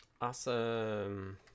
Awesome